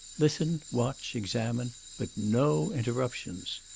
listen, watch, examine but no interruptions!